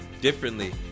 Differently